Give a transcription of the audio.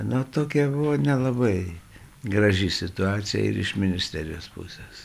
na tokia buvo nelabai graži situacija ir iš ministerijos pusės